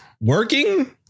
working